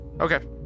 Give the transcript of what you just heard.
Okay